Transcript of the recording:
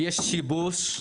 יש משפט שאני אומר קצת משובש,